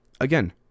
again